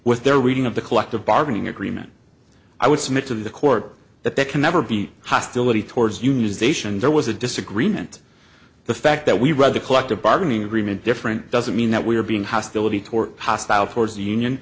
with their reading of the collective bargaining agreement i would submit to the court that there can never be hostility towards unionization there was a disagreement the fact that we read the collective bargaining agreement different doesn't mean that we are being hostility toward hostile towards union